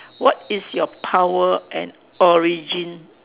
what is your power and origin